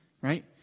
right